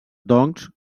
doncs